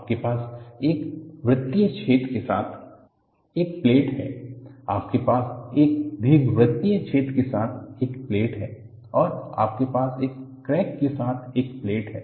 आपके पास एक वृत्तीय छेद के साथ एक प्लेट है आपके पास एक दीर्घवृत्तीय छेद के साथ एक प्लेट है और आपके पास एक क्रैक के साथ एक प्लेट है